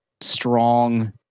strong